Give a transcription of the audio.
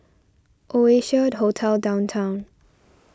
Oasia Hotel Downtown